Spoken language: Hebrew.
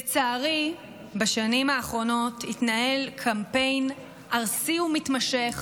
לצערי בשנים האחרונות התנהל קמפיין ארסי ומתמשך